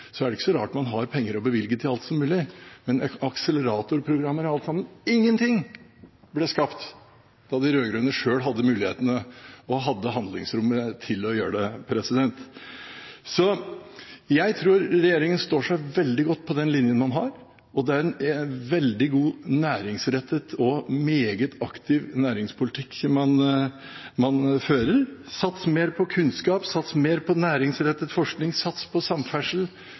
er det ikke så rart man har penger å bevilge til alt mulig. Men akseleratorprogrammer og alt sammen – ingenting ble skapt da de rød-grønne selv hadde mulighetene og handlingsrommet til å gjøre det. Jeg tror regjeringen står seg veldig godt på den linjen man har, og det er en veldig god næringsrettet og meget aktiv næringspolitikk man fører. Sats mer på kunnskap, sats mer på næringsrettet forskning, sats på samferdsel